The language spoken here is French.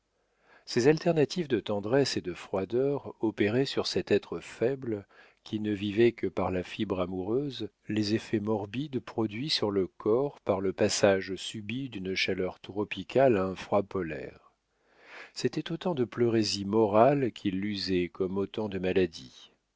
ces alternatives de tendresse et de froideur opéraient sur cet être faible qui ne vivait que par la fibre amoureuse les effets morbides produits sur le corps par le passage subit d'une chaleur tropicale à un froid polaire c'était autant de pleurésies morales qui l'usaient comme autant de maladies